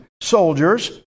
soldiers